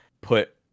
put